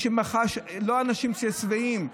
לא האנשים ששבעים.